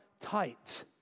tight